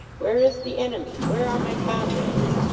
where is the enemy? where are my comrades?